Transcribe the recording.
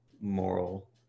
moral